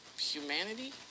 humanity